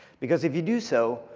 because if you do so,